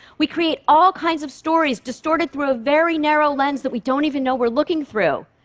we create all kinds of stories, distorted through a very narrow lens that we don't even know we're looking through.